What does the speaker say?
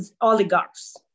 oligarchs